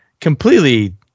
completely